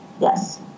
Yes